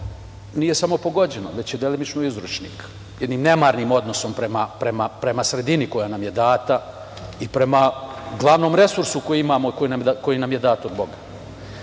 nije samo pogođeno, već je delimično uzročnik jednim nemarnim odnosom prema sredini koja nam je data i prema glavnom resursu koji imamo i koji nam je dat od Boga.